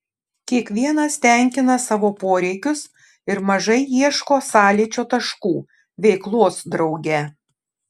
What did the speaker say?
kiekvienas tenkina savo poreikius ir mažai ieško sąlyčio taškų veiklos drauge